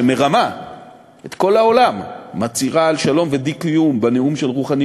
שמרמה את כל העולם מצהירה על שלום ועל דו-קיום בנאום של רוחאני